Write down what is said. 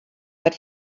but